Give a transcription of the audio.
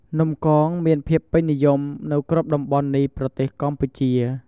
នំកង មានភាពពេញនិយមនៅគ្រប់តំបន់នៃប្រទេសកម្ពុជា។